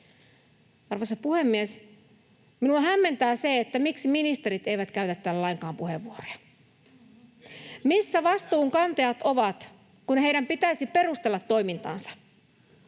Arvoisa puhemies! Minua hämmentää se, miksi ministerit eivät käytä täällä lainkaan puheenvuoroja. [Mauri Peltokangas: Erikoista!] Missä vastuun kantajat ovat, kun heidän pitäisi perustella toimintaansa?